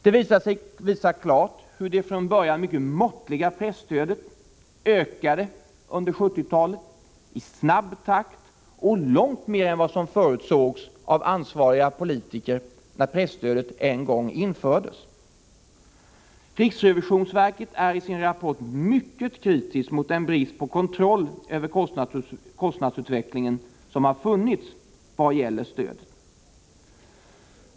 Den visar klart hur det från början mycket måttliga presstödet under 1970-talet ökade i mycket snabb takt och långt mer än som förutsågs av ansvariga politiker när presstödet en gång infördes. Riksrevisionsverket är i sin rapport mycket kritiskt mot bristen på kontroll över kostnadsutvecklingen vad gäller stödet.